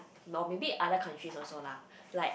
no maybe other countries also lah like